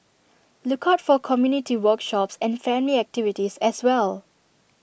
look out for community workshops and family activities as well